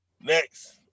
Next